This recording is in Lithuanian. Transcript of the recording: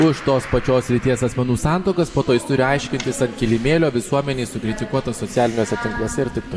už tos pačios lyties asmenų santuokas po to jis turi aiškintis ant kilimėlio visuomenės sukritikuotas socialiniuose tinkluose ir taip toliau